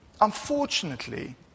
unfortunately